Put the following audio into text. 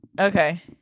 Okay